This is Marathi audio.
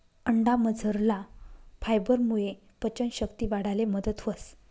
अंडामझरला फायबरमुये पचन शक्ती वाढाले मदत व्हस